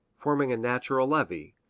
forming a natural levee,